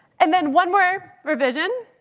and then one more revision.